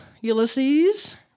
Ulysses